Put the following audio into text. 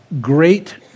great